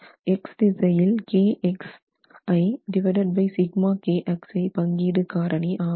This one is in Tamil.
x திசையில் பங்கீடு காரணி ஆகும்